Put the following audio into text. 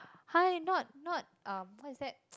hi not not um what is that